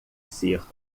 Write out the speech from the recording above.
ser